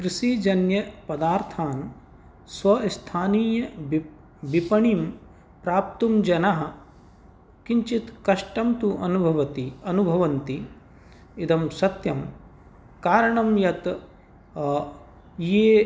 कृषिजन्यपदार्थान् स्वस्थानीय विप् विपणिं प्राप्तुं जनः किञ्चित् कष्टं तु अनुभवति अनुभवन्ति इदं सत्यं कारणं यत् ये